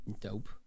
dope